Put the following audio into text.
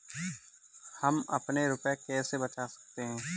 हम अपने रुपये कैसे बचा सकते हैं?